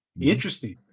Interesting